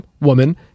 woman